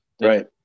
Right